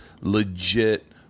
legit